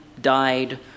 died